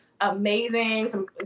amazing